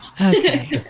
okay